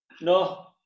No